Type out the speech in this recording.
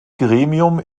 gremium